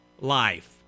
life